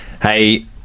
Hey